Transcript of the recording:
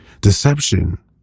Deception